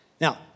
Now